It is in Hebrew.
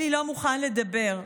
אלי לא מוכן לדבר.